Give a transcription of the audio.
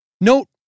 Note